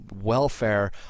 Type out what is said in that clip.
welfare